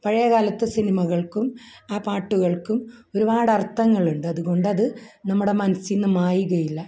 പഴയ കാലത്ത് സിനിമകൾക്കും ആ പാട്ടുകൾക്കും ഒരുപാട് അർഥങ്ങളുണ്ട് അതുകൊണ്ട് അത് നമ്മുടെ മനസ്സിൽ നിന്ന് അത് മായുകയില്ല